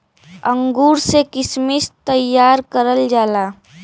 अंगूर से किशमिश तइयार करल जाला